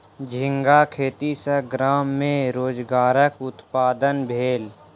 झींगा खेती सॅ गाम में रोजगारक उत्पादन भेल